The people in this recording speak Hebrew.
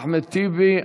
אחמד טיבי.